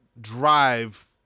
drive